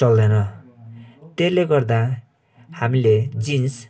चल्दैन त्यसले गर्दा हामीले जिन्स